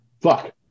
fuck